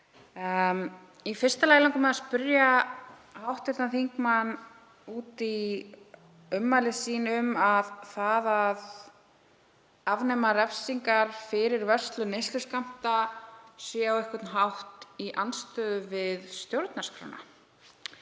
Í fyrsta lagi langar mig að spyrja hv. þingmann út í ummæli hans um að það að afnema refsingar fyrir vörslu neysluskammta sé á einhvern hátt í andstöðu við stjórnarskrána.